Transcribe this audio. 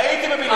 הייתי בבילעין.